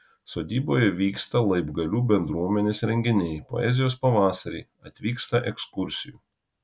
sodyboje vyksta laibgalių bendruomenės renginiai poezijos pavasariai atvyksta ekskursijų